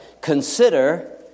Consider